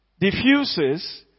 diffuses